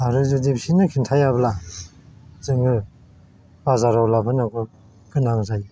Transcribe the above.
आरो जुदि बिसिनो खिन्थायाब्ला जोङो बाजाराव लाबोनांगौ गोनां जायो